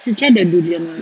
should try the durian one